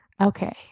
Okay